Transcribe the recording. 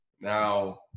now